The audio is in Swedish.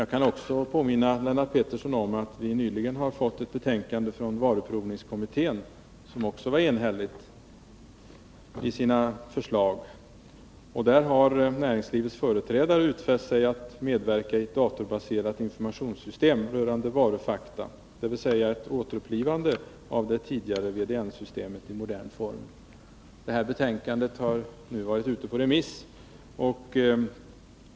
Jag kan även påminna Lennart Pettersson om att vi nyligen fått ett betänkande från varuprovningskommittén, vilket också är enhälligt. Näringslivets företrädare har där utfäst sig att medverka i ett datorbaserat informationssystem rörande varufakta, dvs. ett återupplivande av det tidigare VDN-systemet i modern form. Betänkandet har nu varit ute på remiss.